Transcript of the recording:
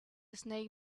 snake